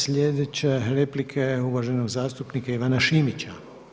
Sljedeća replika je uvaženog zastupnika Ivana Šimića.